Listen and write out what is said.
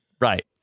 right